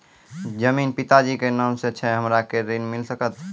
जमीन पिता जी के नाम से छै हमरा के ऋण मिल सकत?